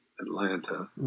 Atlanta